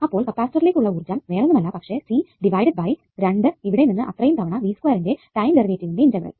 അപ്പോൾ കപ്പാസിറ്ററിലേക്ക് ഉള്ള ഊർജ്ജം വേറൊന്നുമല്ല പക്ഷെ C ഡിവൈഡഡ് ബൈ രണ്ടു ഇവിടെ നിന്ന് അത്രയും തവണ ന്റെ ടൈം ഡെറിവേറ്റീവിന്റെ ഇന്റഗ്രൽ